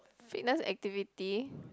fitness activity